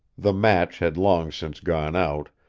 the match had long since gone out,